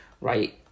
right